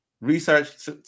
research